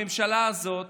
הממשלה הזאת